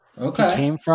Okay